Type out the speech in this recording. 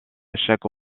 chaque